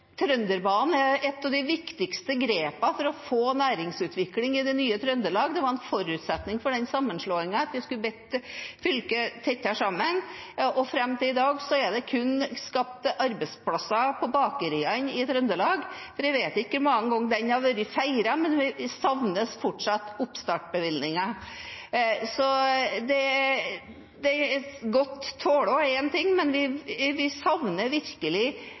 Trønderbanen er et av de viktigste grepene for å få næringsutvikling i det nye Trøndelag, det var en forutsetning for sammenslåingen at vi skulle binde fylket tettere sammen. Fram til i dag er det kun skapt arbeidsplasser på bakeriene i Trøndelag, for jeg vet ikke hvor mange ganger den har vært feiret, men vi savner fortsatt oppstartbevilgningen. Godt talt er én ting, men vi savner virkelig noe som vi